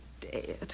Dad